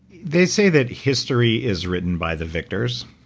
they say that history is written by the victors,